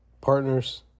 partners